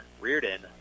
Reardon